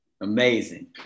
Amazing